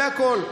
זה הכול.